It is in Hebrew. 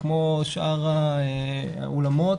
וכמו שאר האולמות,